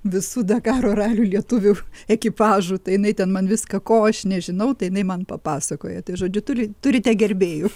visų dakaro ralių lietuvių ekipažų tai jinai ten man viską ko aš nežinau tai jinai man papasakoja tai žodžiu turi turite gerbėjų